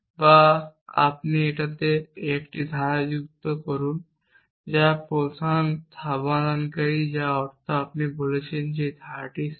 বা আপনি এটিতে আরও 1টি ধারা যুক্ত করুন যা প্রথম সমাধানকারী যার অর্থ আপনি বলছেন যে এই ধারাটির সেট